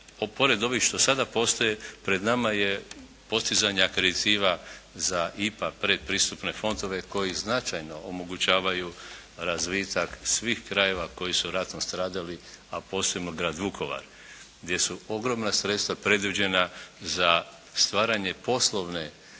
pored ovih što sada postoje, pred nama je postizanje akreditiva za IPA predpristupne fondove koji značajno omogućavaju razvitak svih krajeva koji su ratom stradali, a posebno grad Vukovar gdje su ogromna sredstva predviđena za stvaranje poslovne